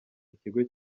ikigo